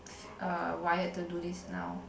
uh wired to do this now